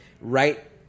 right